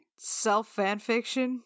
Self-fanfiction